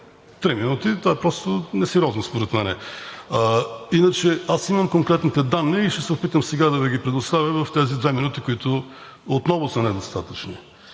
Три минути – това просто е несериозно според мен. Иначе аз имам конкретните данни и ще се опитам сега да Ви ги предоставя в тези две минути, които отново са недостатъчни.